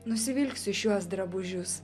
nusivilksiu šiuos drabužius